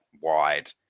wide